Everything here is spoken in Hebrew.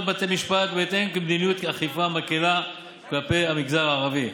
בתי משפט ובהתאם למדיניות אכיפה מקילה כלפי המגזר הערבי.